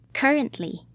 currently